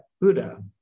Buddha